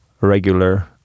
regular